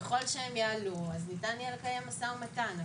ככל שהם יעלו ניתן יהיה לקיים משא ומתן.